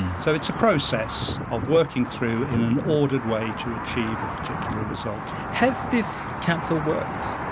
so it's a process of working through in an ordered way to achieve a particular result. has this council worked?